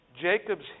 Jacob's